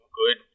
good